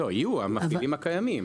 יהיו, המפעילים הקיימים.